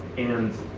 and,